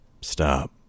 Stop